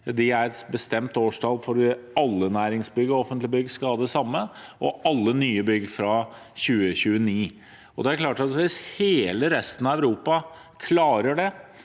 Det er et bestemt årstall for når alle næringsbygg og offentlige bygg skal ha det samme, og alle nye bygg skal ha det fra 2029. Det er klart at hvis hele resten av Europa klarer det,